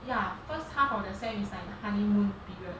ya first half of the sem is like the honeymoon period